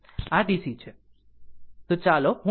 તો ચાલો હું તેને સમજાવું